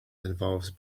involves